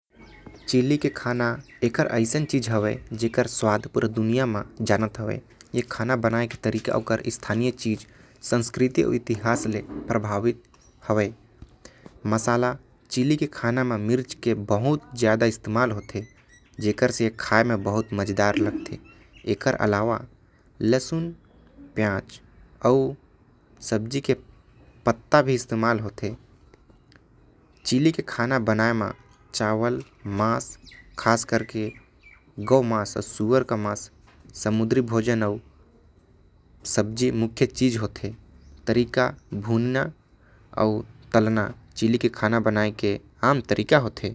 चिली के खाना पूरा दुनिया म लोकप्रिय होथे। एमन के खाना म मिर्च के उपयोग बहुते ज्यादा होथे। जेकर से एमन के खाना स्वादिष्ट होथे। चिली के खाना म लहसुन प्याज़ हरा सब्जी अउ। ओकर पत्ता के इस्तेमाल होथे। चिली के खाना बनाये म चावल मांस खासकर गौ मांस अउ। सुअर के मांस समुद्री भोजन अउ सब्जी मुख्य होथे।